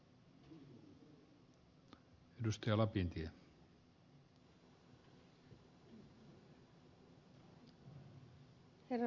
herra puhemies